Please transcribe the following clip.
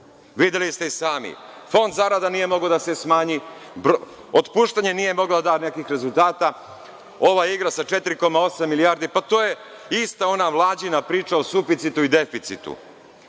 Videli ste i sami, fond zarada nije mogao da se smanji, otpuštanje nije moglo da da nekih rezultata. Ova igra sa 4,8 milijardi, pa to je ista ona Mlađina priča o suficitu i deficitu.